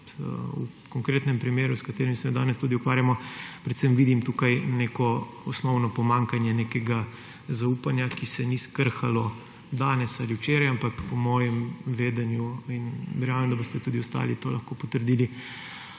V konkretnem primeru, s katerim se danes tudi ukvarjamo, predvsem vidim osnovno pomanjkanje nekega zaupanja, ki se ni skrhalo danes ali včeraj, ampak po mojem vedenju – in verjamem, da boste tudi ostali to lahko potrdili